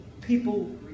people